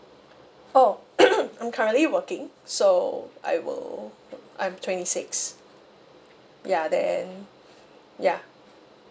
oh I'm currently working so I will I'm twenty six ya then ya